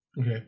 Okay